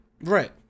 Right